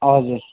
हजुर